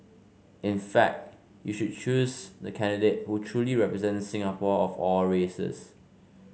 in fact you should choose the candidate who truly represents Singapore of all races